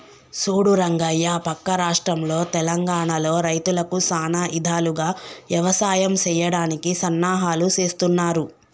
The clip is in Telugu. సూడు రంగయ్య పక్క రాష్ట్రంలో తెలంగానలో రైతులకు సానా ఇధాలుగా యవసాయం సెయ్యడానికి సన్నాహాలు సేస్తున్నారు